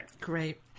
great